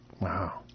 Wow